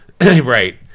Right